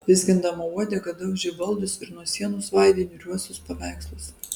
vizgindama uodegą daužė baldus ir nuo sienų svaidė niūriuosius paveikslus